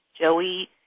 Joey